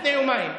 לפני יומיים.